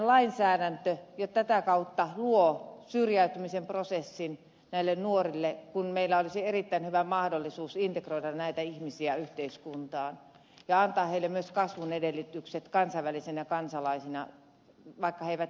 meidän lainsäädäntömme tätä kautta luo syrjäytymisen prosessin näille nuorille kun meillä olisi erittäin hyvä mahdollisuus integroida näitä ihmisiä yhteiskuntaan ja antaa heille myös kasvun edellytykset kansainvälisinä kansalaisina vaikka he eivät jäisikään suomeen